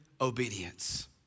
obedience